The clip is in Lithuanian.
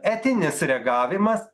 etinis reagavimas